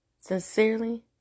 sincerely